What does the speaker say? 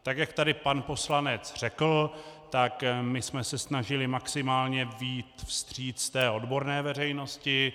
Tak jak tady pan poslanec řekl, my jsme se snažili maximálně vyjít vstříc té odborné veřejnosti.